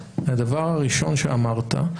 הדבר הראשון שאמרת,